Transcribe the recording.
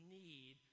need